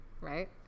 right